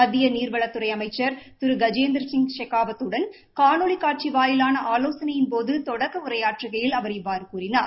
மத்திய நீர்வளத்துறை அமைச்சர் திரு கஜேந்திரசிங் ஷெகாவத் வுடன் காணொலி காட்சி வாயிலாள ஆலோசனையின் போது தொடக்க உரையாற்றுகையில் அவர் இவ்வாறு கூறினார்